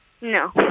No